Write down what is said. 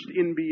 NBA